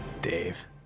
Dave